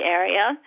area